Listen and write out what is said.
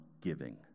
giving